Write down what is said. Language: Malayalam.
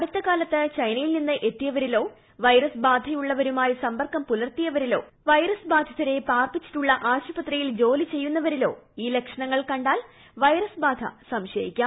അടുത്ത് കാലത്ത് ചൈനയിൽ നിന്ന് എത്തിയവരിലോ വൈറസ് ബാധയുള്ളവരുമായി സമ്പർക്കം പുലർത്തിയവരിലോ വൈറസ് ബാധിതരെ പാർപ്പിച്ചിട്ടുള്ള ആശുപത്രിയിൽ ജോലി ചെയ്യുന്നവരിലോ ഈ ലക്ഷണങ്ങൾ കണ്ടാൽ വൈറസ് ബാധ സംശയിക്കാം